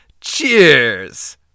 Cheers